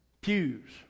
pews